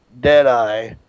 Deadeye